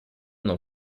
non